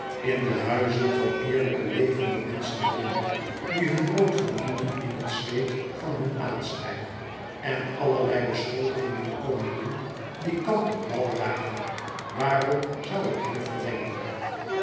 in de huizen van eerlijke levende menschen dringen die hun brood verdienen in het zweet van hun aanschijn en allerlei beschuldigingen komen doen die kant noch wal raken waarom zou ik hem verdenken